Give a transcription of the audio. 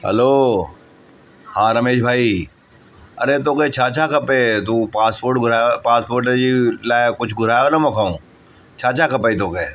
हलो हा रमेश भाई अड़े तोखे छा छा खपे तूं पासपोट घुरायो आहे पासपोट जे लाइ कुझु घुरायो न मूं खां छा छा खपेई तोखे